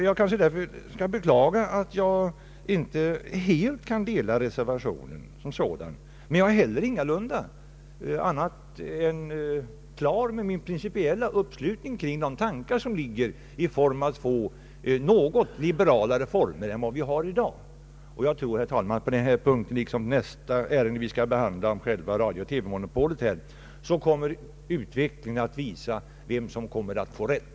Jag kanske därför bör beklaga att jag inte helt kan dela reservanternas uppfattning, men jag är klar med min principiella uppslutning kring tanken på en något mer liberal form än vi har i dag. Jag tror, herr talman, att på den punkten liksom beträffande det ärende vi skall behandla om själva radiooch TV-monopolet kommer utvecklingen att visa vem som får rätt.